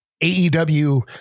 aew